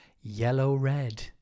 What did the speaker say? yellow-red